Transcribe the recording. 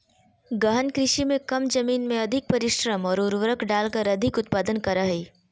गहन कृषि में कम जमीन में अधिक परिश्रम और उर्वरक डालकर अधिक उत्पादन करा हइ